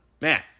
Man